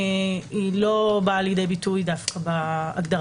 דווקא לא באה לידי ביטוי בהגדרה.